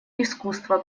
искусство